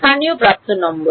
স্থানীয় প্রান্ত নম্বর